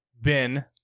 Ben